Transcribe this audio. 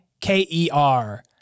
K-E-R